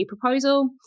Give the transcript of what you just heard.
proposal